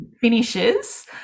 finishes